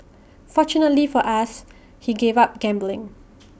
fortunately for us he gave up gambling